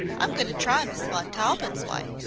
i'm goin' to try miss montaubyn's wye.